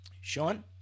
Sean